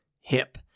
hip